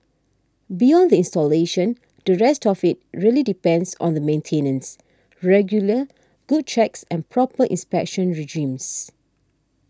beyond the installation the rest of it really depends on the maintenance regular good checks and proper inspection regimes